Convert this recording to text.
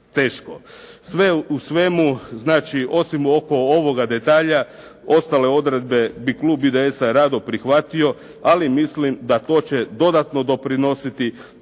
Sve u svemu znači osim oko ovoga detalja ostale odredbe bi klub IDS-a rado prihvatio ali mislim da to će dodatno doprinositi